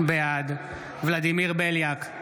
בעד ולדימיר בליאק,